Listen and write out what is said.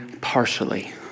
partially